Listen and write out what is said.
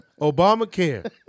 Obamacare